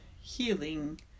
healing